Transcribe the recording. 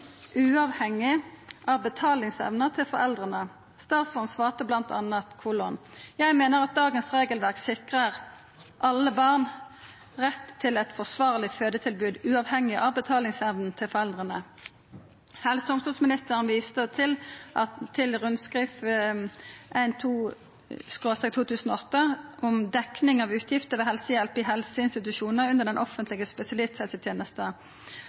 uavhengig av betalingsevna til foreldra. Statsråden svarte bl.a.: «Jeg mener at dagens regelverk sikrer alle barn rett til et forsvarlig fødetilbud, uavhengig av betalingsevnen til foreldrene.» Helse- og omsorgsministeren viste til at Rundskriv 1-2/2008 om dekning av utgifter ved helsehjelp i helseinstitusjonar under den